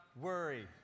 worry